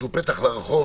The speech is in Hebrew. אז הוא פתח לרחוב,